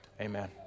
Amen